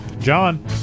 John